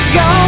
go